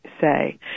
say